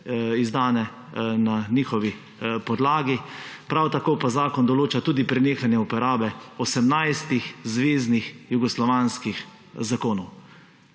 izdane na njihovi podlagi, prav tako pa zakon določa tudi prenehanje uporabe 18 zveznih jugoslovanskih zakonov.